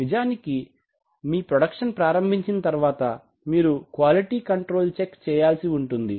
నిజానికి మీ ప్రొడక్షన్ ప్రారంభించిన తర్వాత మీరు క్వాలిటీ కంట్రోల్ చెక్ చేయాల్సి ఉంటుంది